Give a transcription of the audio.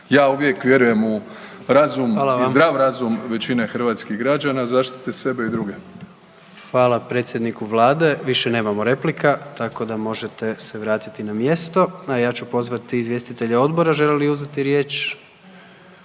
predsjednik: hvala vam./… zdrav razum većine hrvatskih građana da zaštite sebi i druge. **Jandroković, Gordan (HDZ)** Hvala predsjedniku Vlade, više nemamo replika tako da možete se vratiti na mjesto. A ja ću pozvati izvjestitelje odbora žele li uzeti riječ?